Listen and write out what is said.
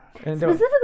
specifically